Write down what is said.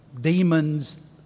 demons